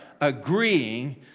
agreeing